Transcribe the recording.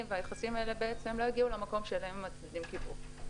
והיחסים האלה לא הגיעו למקום שאליהם הצדדים קיוו.